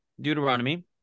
Deuteronomy